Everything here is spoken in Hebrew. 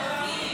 בבקשה לרדת.